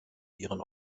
ihren